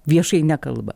viešai nekalba